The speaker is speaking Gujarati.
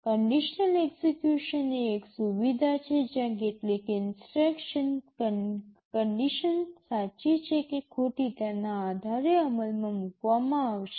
કન્ડિશનલ એક્સેકયુશન એ એક સુવિધા છે જ્યાં કેટલીક ઇન્સટ્રક્શન કંઇક કન્ડિશન સાચી છે કે ખોટી તેના આધારે અમલમાં મૂકવામાં આવશે